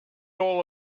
all